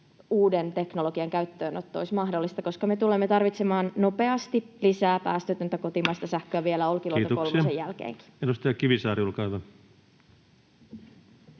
uuden teknologian käyttöönotto olisi mahdollista, koska me tulemme tarvitsemaan nopeasti lisää päästötöntä kotimaista sähköä vielä Olkiluoto kolmosen jälkeenkin. [Speech 79] Speaker: